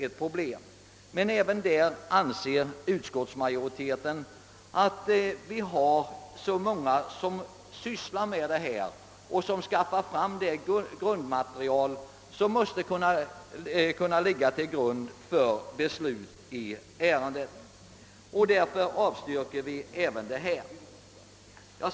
Utskottsmajoriteten anser emellertid att det är tillräckligt många som sysslar med dessa frågor och som skaffar fram det material som kan ligga till grund för ett beslut i ärendet. Därför avstyrker vi även detta förslag.